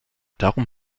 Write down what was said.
darum